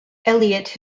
eliot